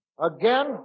Again